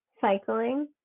cycling